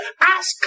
Ask